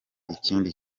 ikindi